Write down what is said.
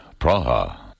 Praha